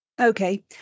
Okay